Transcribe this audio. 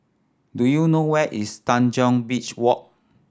do you know where is Tanjong Beach Walk